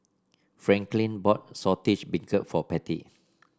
Franklyn bought Saltish Beancurd for Patty